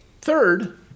Third